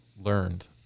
learned